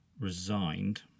resigned